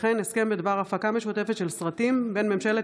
הסכם בדבר הפקה משותפת של סרטים בין ממשלת